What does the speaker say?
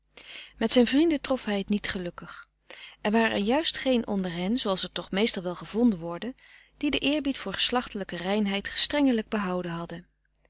met zijn vrienden trof hij t niet gelukkig er waren er juist geen onder hen zooals er toch meestal wel gevonden worden die den eerbied voor geslachtelijke reinheid gestrengelijk behouden hadden